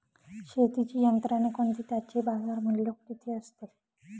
शेतीची यंत्रे कोणती? त्याचे बाजारमूल्य किती असते?